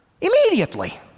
Immediately